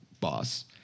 boss